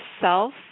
self